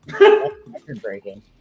record-breaking